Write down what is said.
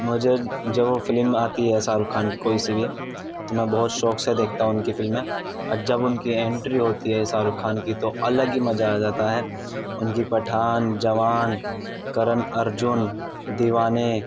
مجھے جب وہ فلم آتی ہے شاہ رخ خان کی کوئی سی بھی تو میں بہت شوق سے دیکھتا ہوں ان کی فلمیں اب جب ان کی اینٹری ہوتی ہے شاہ رخ خان کی تو الگ ہی مزہ آ جاتا ہے ان کی پٹھان جوان کرن ارجن دیوانے